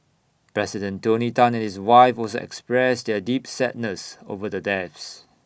president tony Tan and his wife also expressed their deep sadness over the deaths